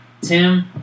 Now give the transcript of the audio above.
Tim